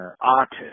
artist